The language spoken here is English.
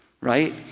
right